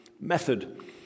method